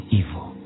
evil